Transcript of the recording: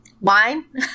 Wine